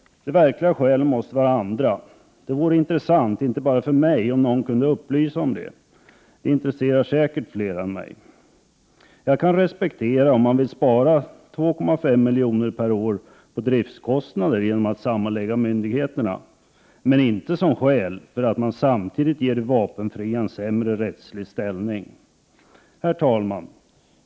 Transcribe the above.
De verkliga skälen måste vara andra. Det vore intressant om någon kunde upplysa om detta. Det intresserar säkert fler än mig. Jag kan respektera om man vill spara 2,5 milj.kr. per år på driftskostnader genom att sammanlägga myndigheterna — men inte som skäl för att man samtidigt ger de vapenfria en sämre rättslig ställning. Herr talman!